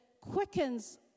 quickens